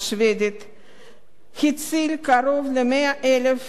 הציל קרוב ל-100,000 יהודי הונגריה,